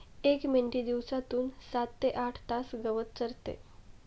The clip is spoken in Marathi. एक मेंढी दिवसातून सात ते आठ तास गवत चरते